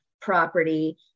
property